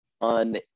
on